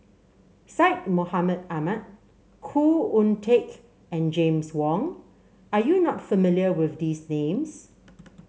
Syed Mohamed Ahmed Khoo Oon Teik and James Wong are you not familiar with these names